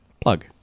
Plug